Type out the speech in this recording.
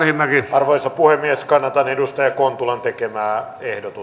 arvoisa puhemies kannatan edustaja kontulan tekemää